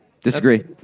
Disagree